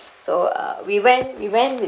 so uh we went we went with